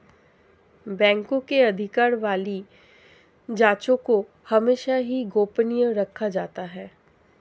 बैंकों के अधिकार वाली जांचों को हमेशा ही गोपनीय रखा जाता है